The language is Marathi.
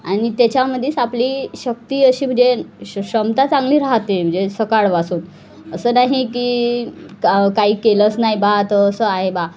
आणि त्याच्यामध्येच आपली शक्ती अशी म्हणजे श क्षमता चांगली राहते म्हणजे सकाळपासून असं नाही की का काही केलंच नाही बा तर असं आहे बा